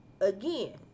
again